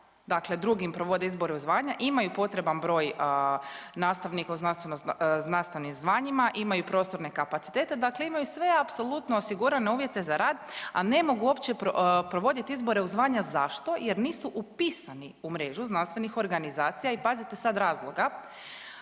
Dakle, drugi im provode izbore u zvanja, imaju potreban broj nastavnika u nastavnim zvanjima, imaju prostorne kapacitete. Dakle, imaju sve apsolutno osigurane uvjete za rad, a ne mogu uopće provoditi izbore u zvanja. Zašto? Jer nisu upisani u mrežu znanstvenih organizacija i pazite sad razloga.